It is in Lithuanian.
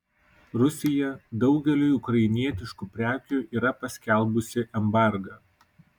rusija daugeliui ukrainietiškų prekių yra paskelbusi embargą